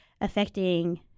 affecting